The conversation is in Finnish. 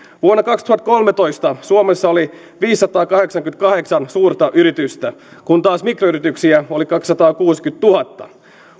vuonna kaksituhattakolmetoista suomessa oli viisisataakahdeksankymmentäkahdeksan suurta yritystä kun taas mikroyrityksiä oli kaksisataakuusikymmentätuhatta